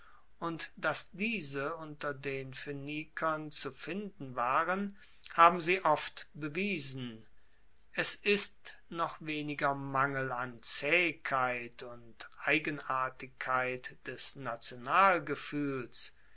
und dass diese unter den phoenikern zu finden waren haben sie oft bewiesen es ist noch weniger mangel an zaehigkeit und eigenartigkeit des